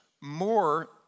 more